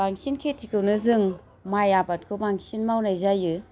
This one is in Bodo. बांसिन खेथिखौनो जों माइ आबादखौ बांसिन मावनाय जायो